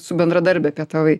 su bendradarbe pietavai